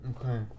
Okay